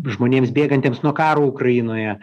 žmonėms bėgantiems nuo karo ukrainoje